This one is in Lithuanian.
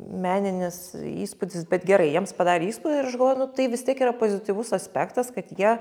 meninis įspūdis bet gerai jiems padarė įspūdį ir aš galvoju nu tai vis tiek yra pozityvus aspektas kad jie